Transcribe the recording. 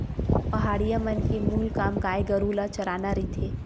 पहाटिया मन के मूल काम गाय गरु ल चराना रहिथे